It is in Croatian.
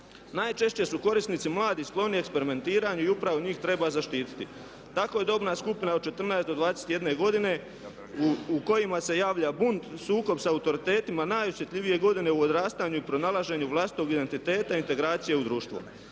Najčešće su korisnici mladi skloni eksperimentiranju i upravo njih treba zaštititi. Tako je dobna skupina od 14 do 21 godine u kojima se javlja bunt, sukob s autoritetima najosjetljivije godine u odrastanju i pronalaženju vlastitog identiteta i integracije u društvo.